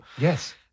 Yes